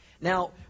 Now